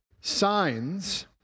signs